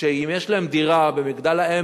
שאם יש להם דירה במגדל-העמק,